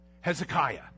Hezekiah